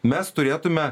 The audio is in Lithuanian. mes turėtume